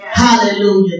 Hallelujah